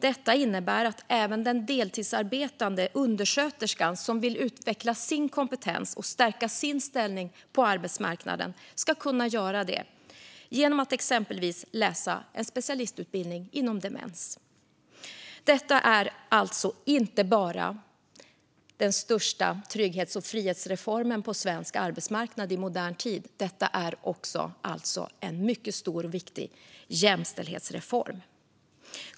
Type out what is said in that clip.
Detta innebär att även den deltidsarbetande undersköterska som vill utveckla sin kompetens och stärka sin ställning på arbetsmarknaden ska kunna göra det genom att exempelvis läsa en specialistutbildning inom demens. Detta är alltså inte bara den största trygghets och frihetsreformen på svensk arbetsmarknad i modern tid, utan det är också en mycket stor och viktig jämställdhetsreform.